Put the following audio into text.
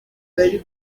bari